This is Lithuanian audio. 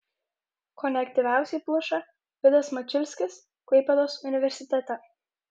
kone aktyviausiai pluša vidas mačiulskis klaipėdos universitete